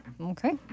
okay